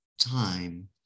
time